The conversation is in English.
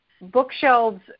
bookshelves